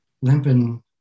limping